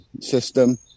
system